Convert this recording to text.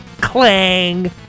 clang